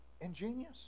ingenious